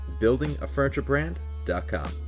buildingafurniturebrand.com